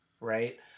Right